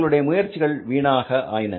அவர்களுடைய முயற்சிகள் வீணாக ஆயின